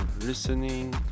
listening